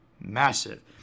Massive